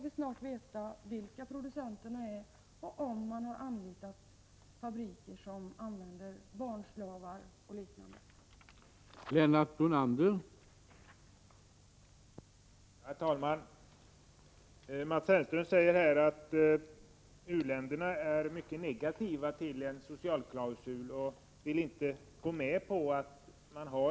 Vi får veta vilka producenterna är och kan avgöra om importörerna har anlitat producenter som använder barnslavar osv. eller ej.